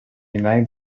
united